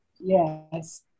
Yes